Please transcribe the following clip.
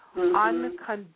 unconditional